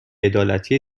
عدالتی